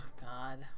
God